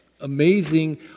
amazing